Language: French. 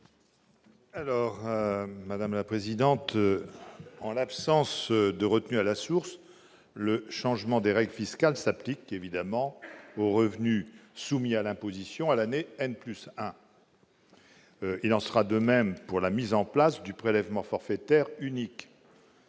l'avis de la commission ? En l'absence de retenue à la source, le changement des règles fiscales s'applique évidemment aux revenus soumis à l'imposition à l'année n+1. Il en sera de même pour la mise en place du prélèvement forfaitaire unique,